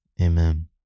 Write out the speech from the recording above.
Amen